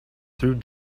through